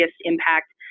impact